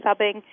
subbing